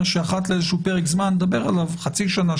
שאחת לפרק זמן נדבר עליו חצי שנה,